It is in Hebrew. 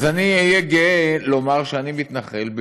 אז אהיה גאה לומר שאני מתנחל,